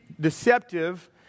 deceptive